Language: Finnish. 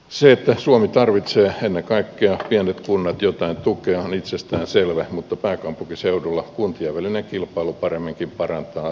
se että suomi tarvitsee ennen kaikkea pienet kunnat jotain tukea on itsestään selvää mutta pääkaupunkiseudulla kuntien välinen kilpailu paremminkin parantaa asukkaiden saamia etuja